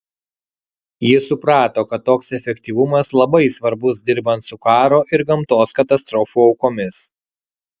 jis suprato kad toks efektyvumas labai svarbus dirbant su karo ir gamtos katastrofų aukomis